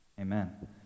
Amen